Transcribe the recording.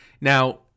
Now